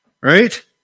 Right